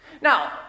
Now